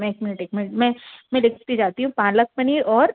मैं एक मिनट एक मिनट मैं मैं लिखती जाती हूँ पालक पनीर और